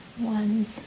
one's